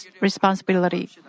responsibility